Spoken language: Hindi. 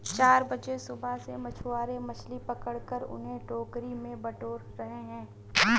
चार बजे सुबह से मछुआरे मछली पकड़कर उन्हें टोकरी में बटोर रहे हैं